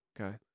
Okay